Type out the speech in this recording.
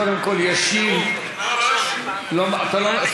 קודם כול ישיב, לא, לא ישיב.